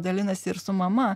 dalinasi ir su mama